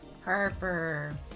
Harper